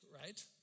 right